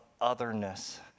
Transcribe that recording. otherness